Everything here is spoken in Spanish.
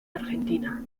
argentina